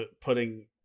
putting